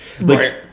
Right